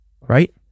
Right